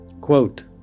Quote